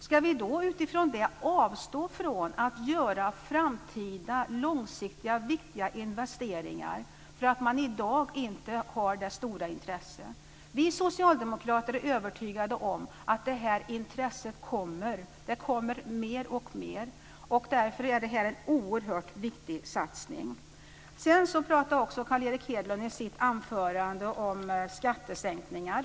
Ska vi avstå från att göra framtida långsiktiga och viktiga investeringar för att man i dag inte har det stora intresset? Vi socialdemokrater är övertygade om att det här intresset kommer. Det kommer mer och mer. Därför är det här en oerhört viktig satsning. Sedan pratade också Carl Erik Hedlund i sitt anförande om skattesänkningar.